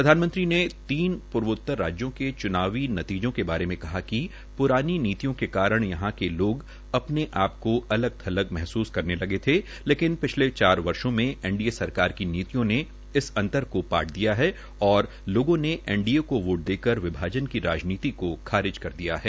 प्रधानमंत्री ने तीन पूर्वोत्तर राज्यों के चुनावी नतीजों के बारे में कहा कि पुरानी नीतियों के कारण यहां के लोग अपने आप को अलग थलग महसूस करने लगे थे लेकिन पिछले चार वर्षो में एनडीए सरकार की नीतियों ने इस अंतर को पाट दिया है और लोगों ने एनडीए को वोट देकर विभाजन की राजनीति को खारिज कर दिया है